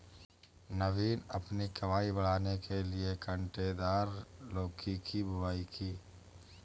नवीन अपनी कमाई बढ़ाने के लिए कांटेदार लौकी की बुवाई की